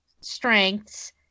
strengths